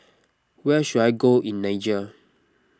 where should I go in Niger